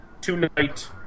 tonight